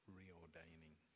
reordaining